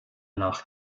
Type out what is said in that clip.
nach